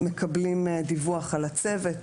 מקבלים דיווח על הצוות.